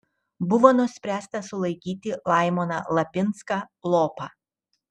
buvo nuspręsta sulaikyti laimoną lapinską lopą